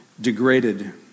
degraded